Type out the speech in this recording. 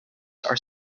are